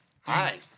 Hi